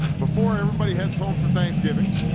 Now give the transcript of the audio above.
before everybody heads home for thanksgiving,